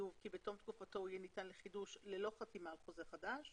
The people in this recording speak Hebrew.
הוא יהיה ניתן לחידוש ללא חתימה על חוזה חדש,